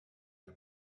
der